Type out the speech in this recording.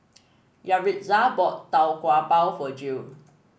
Yaritza bought Tau Kwa Pau for Jill